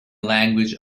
language